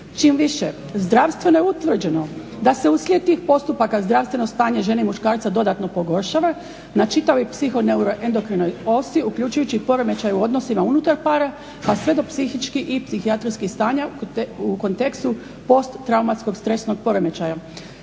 Čim više, zdravstveno je utvrđeno da se uslijed tih postupaka zdravstveno stanje žene i muškarca dodatno pogoršava na čitavoj psiho neuro endokrinoj osi uključujući i poremećaj u odnosima unutar para, pa sve do psihički i psihijatrijskih stanja u kontekstu post traumatskog stresnog poremećaja.